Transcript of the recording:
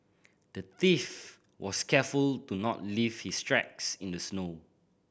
the thief was careful to not leave his tracks in the snow